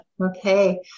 okay